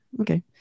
okay